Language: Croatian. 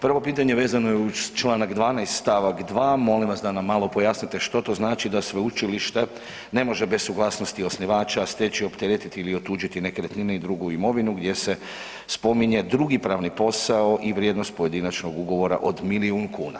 Prvo pitanje vezano je uz čl. 12. st. 2. molim vas da nam malo pojasnite što to znači da sveučilište ne može bez suglasnosti osnivača steći, opteretiti ili otuđiti nekretnine i drugu imovinu gdje se spominje drugi pravni posao i vrijednost pojedinačnog ugovora od milijun kuna?